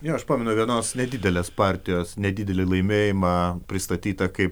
jo aš pamenu vienos nedidelės partijos nedidelį laimėjimą pristatytą kaip